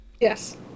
Yes